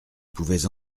pouvais